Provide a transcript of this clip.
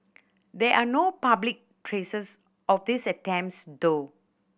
there are no public traces of these attempts though